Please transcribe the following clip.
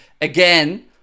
again